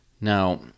Now